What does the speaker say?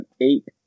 Eight